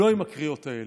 לא עם הקריאות האלה.